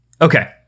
Okay